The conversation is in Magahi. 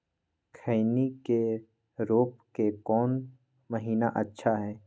खैनी के रोप के कौन महीना अच्छा है?